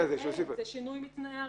זה שינוי מתנאי הרישיון.